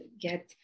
get